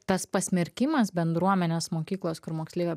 tas pasmerkimas bendruomenės mokyklos kur moksleivė